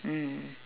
mm